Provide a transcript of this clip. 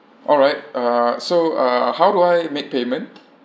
alright uh so uh how do I make payment